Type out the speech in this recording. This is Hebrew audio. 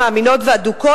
מאמינות ואדוקות,